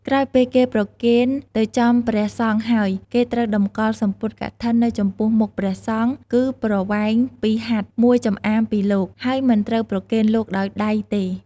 ក្រោយពេលគេប្រគេនទៅចំព្រះសង្ឃហើយគេត្រូវតម្កល់សំពត់កឋិននៅចំពោះមុខព្រះសង្ឃគឺប្រវែង២ហត្ថ ១ចំអាមពីលោក ហើយមិនត្រូវប្រគេនលោកដោយដៃទេ។